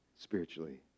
spiritually